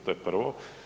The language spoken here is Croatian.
To je prvo.